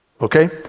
okay